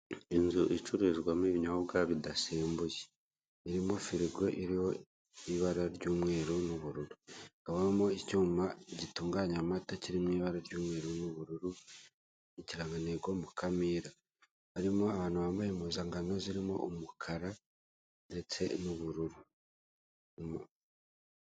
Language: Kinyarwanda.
Inzu icururizwamo ibinyobwa bidasembuye irimo firigo irimo ibara ry'umweru ry'ubururu, hakabamo icyuma gitunganya amata kiri mu ibara ry'umweru n'ubururu, ikirangantego Mukamira, harimo abantu bambaye impuzankano zirimo umukara ndetse n'ubururu.